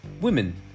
women